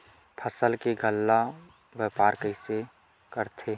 फसल के गल्ला व्यापार कइसे करथे?